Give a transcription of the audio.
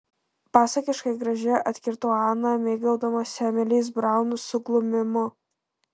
pasakiškai graži atkirto ana mėgaudamasi emilės braun suglumimu